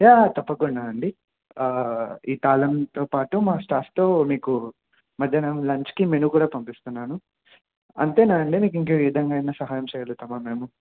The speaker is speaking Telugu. యా తప్పకుండా అండి ఈ తాళంతో పాటు మా స్టాఫ్తో మీకు మధ్యాహ్నం లంచ్కి మెనూ కూడా పంపిస్తున్నాను అంతేనా అండి మీకు ఇంక ఏ విధంగా అయిన సహాయం చేయగలుగుతామా మేము